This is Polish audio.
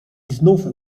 znów